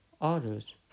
others